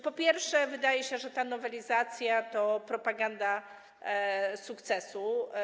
Po pierwsze, wydaje się, że ta nowelizacja to propaganda sukcesu.